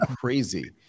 crazy